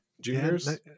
juniors